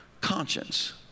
conscience